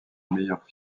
meilleur